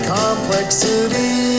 complexity